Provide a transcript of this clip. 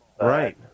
Right